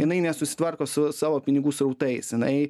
jinai nesusitvarko su savo pinigų srautais jinai